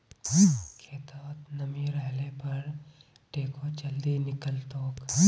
खेतत नमी रहले पर टेको जल्दी निकलतोक